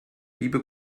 liebe